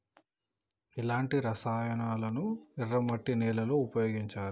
ఎలాంటి రసాయనాలను ఎర్ర మట్టి నేల లో ఉపయోగించాలి?